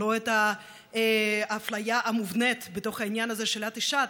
לא את האפליה המובנית בתוך העניין הזה של: את אישה,